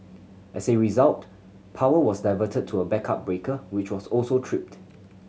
as a result power was diverted to a backup breaker which was also tripped